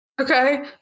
Okay